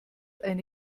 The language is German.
eine